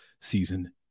season